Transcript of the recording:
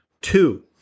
Two